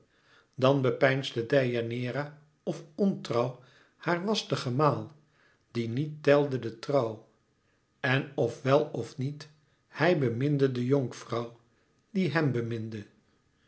dan bepeinsde deianeira of ontrouw haar was de gemaal die niet telde de trouw en of wèl of niet hij beminde de jonkvrouw die hèm beminde